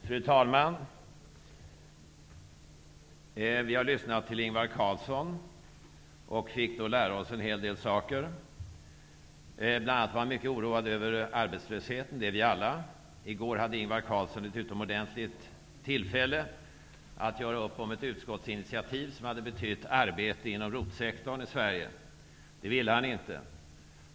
Fru talman! Vi har lyssnat till Ingvar Carlsson och fick lära oss en hel del saker. Ingvar Carlsson var bl.a. mycket oroad över arbetslösheten. Det är vi alla. I går hade han ett utomordentligt tillfälle att göra upp om ett utskottsinitiativ som hade betytt arbete inom ROT sektorn i Sverige. Det ville han inte.